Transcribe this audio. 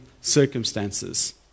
circumstances